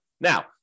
Now